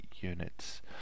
units